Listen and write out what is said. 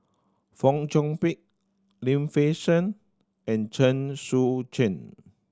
Fong Chong Pik Lim Fei Shen and Chen Sucheng